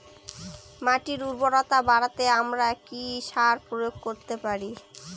মাটির উর্বরতা বাড়াতে আমরা কি সার প্রয়োগ করতে পারি?